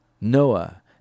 Noah